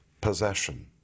possession